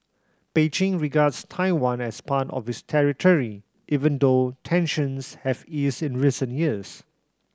Beijing regards Taiwan as part of its territory even though tensions have eased in recent years